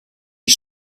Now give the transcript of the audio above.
die